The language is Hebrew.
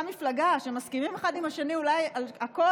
מפלגה שמסכימים אחד עם השני אולי על הכול,